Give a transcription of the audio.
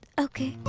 ok.